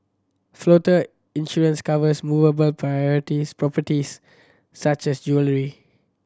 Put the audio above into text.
floater insurance covers movable parities properties such as jewellery